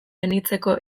anitzeko